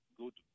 good